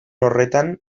horretan